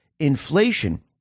inflation